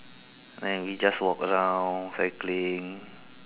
then we just walk around cycling